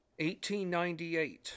1898